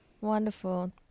wonderful